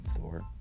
Thor